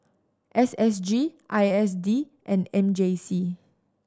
S S G I S D and M J C